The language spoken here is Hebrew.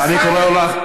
לא,